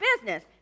business